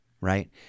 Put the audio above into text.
right